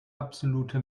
absolute